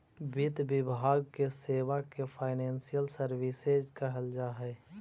वित्त विभाग के सेवा के फाइनेंशियल सर्विसेज कहल जा हई